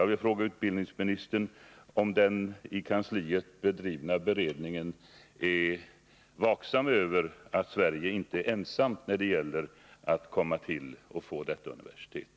Jag vill fråga utbildningsministern om man i den i regeringskansliet bedrivna beredningen är uppmärksam på att Sverige inte är ensamt när det gäller intresset för detta universitet.